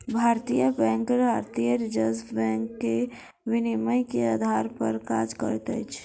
भारतीय बैंक भारतीय reserve bank के विनियमन के आधार पर काज करैत अछि